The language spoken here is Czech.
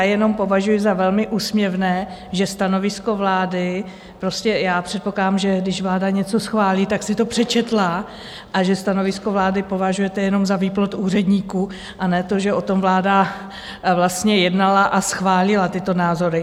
Jenom považuji za velmi úsměvné, že stanovisko vlády... prostě předpokládám, že když vláda něco schválí, tak si to přečetla a že stanovisko vlády považujete jenom za výplod úředníků, a ne to, že o tom vláda vlastně jednala a schválila tyto názory...